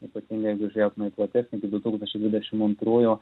ypatingai jeigu žiūrėtume į platesnį iki du tūkstančiai dvidešim antrųjų